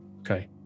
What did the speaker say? Okay